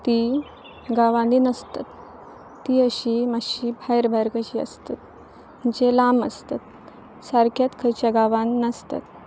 ती गांवांनी नासतत तीं अशीं मातशीं भायर भायर कशीं आसतत जे लांब आसतत सारक्याच खंयच्या गांवान नासतत